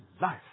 life